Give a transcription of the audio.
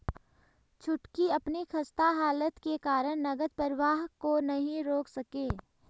छुटकी अपनी खस्ता हालत के कारण नगद प्रवाह को नहीं रोक सके